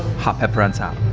hot pepper on top.